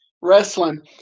wrestling